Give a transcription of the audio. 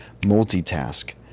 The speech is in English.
multitask